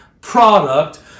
product